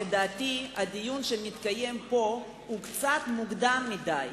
לדעתי הדיון שמתקיים פה הוא קצת מוקדם מדי,